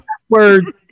password